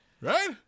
Right